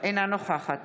אינה נוכחת